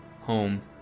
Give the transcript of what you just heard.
Home